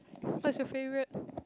what's your favourite